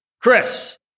Chris